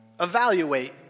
evaluate